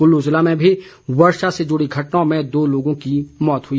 कुल्लू ज़िले में भी वर्षा से जुड़ी घटनाओं में दो लोगों की मौत हो गई